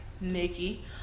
Nikki